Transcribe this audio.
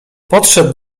podszedł